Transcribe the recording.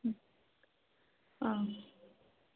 ಹಾಂ